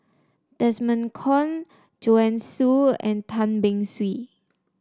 Desmond Kon Joanne Soo and Tan Beng Swee